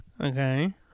Okay